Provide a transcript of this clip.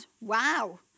Wow